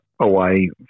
away